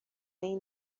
این